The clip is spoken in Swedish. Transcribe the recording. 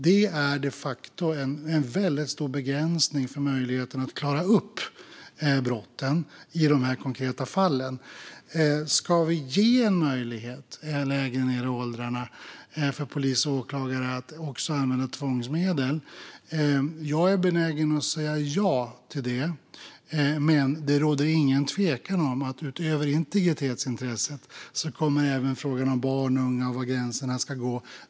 Det är de facto en stor begränsning för möjligheten att klara upp brotten i dessa konkreta fall. Ska vi ge möjlighet för polis och åklagare att använda tvångsmedel även lägre ned i åldrarna? Jag är benägen att säga ja till det. Men det råder ingen tvekan om att utöver integritetsintresset kommer även frågan var gränsen ska gå när det gäller barn och unga.